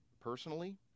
personally